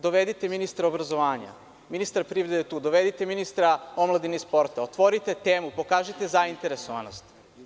Dovedite ministra obrazovanja, ministar privrede je tu, dovedite ministra omladine i sporta, otvorite temu, pokažite zainteresovanost.